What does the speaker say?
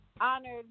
honored